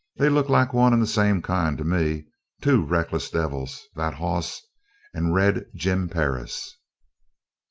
they look like one and the same kind to me two reckless devils, that hoss and red jim perris!